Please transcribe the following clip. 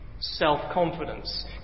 self-confidence